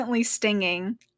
stinging